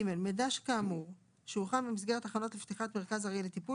(ג)מידע כתוב שהוכן במסגרת הכנות לפתיחת מרכז ארעי לטיפול,